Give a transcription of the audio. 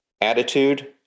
attitude